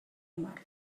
mart